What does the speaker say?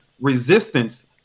resistance